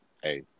Hey